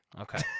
Okay